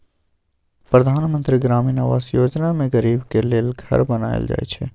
परधान मन्त्री ग्रामीण आबास योजना मे गरीबक लेल घर बनाएल जाइ छै